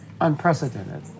unprecedented